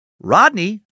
Rodney